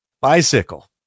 Bicycle